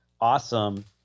awesome